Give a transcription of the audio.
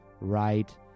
right